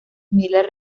miller